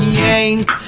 yank